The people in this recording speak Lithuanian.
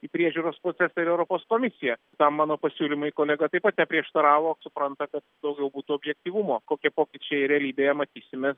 į priežiūros procesą ir europos komisiją tam mano pasiūlymui kolega taip pat neprieštaravo supranta kad daugiau būtų objektyvumo kokie pokyčiai realybėje matysime